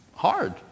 Hard